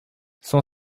son